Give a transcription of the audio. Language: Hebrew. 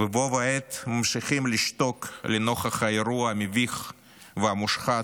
ובה בעת ממשיכים לשתוק לנוכח האירוע המביך והמושחת